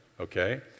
okay